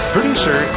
Producer